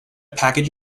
package